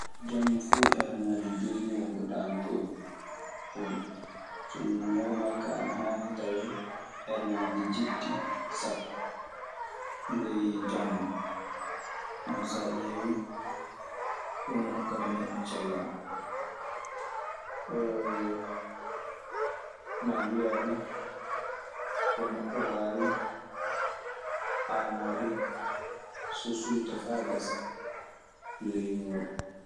Jama fu heregaji joyi woni ko nɗanotomi. So normal ka ana hani tawe, heregaji dietti sapo. Ley jamma, hono so a ƴeewii ɗun hokkata neɗɗo cellal. huunde noon nde mbaawmi siforaade ɗum ni ni.